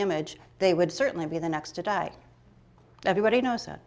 image they would certainly be the next to die everybody knows